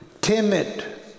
timid